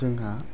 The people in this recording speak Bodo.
जोंहा